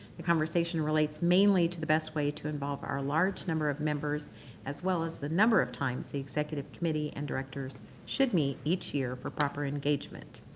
the conversation relates mainly to the best way to involve our large number of members as well as the number of times the executive committee and directors should meet each year for proper engagement.